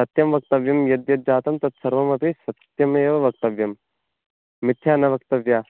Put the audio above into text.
सत्यं वक्तव्यं यद् यद् जातं तत् सर्वमपि सत्यमेव वक्तव्यं मित्थ्या न वक्तव्या